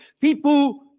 People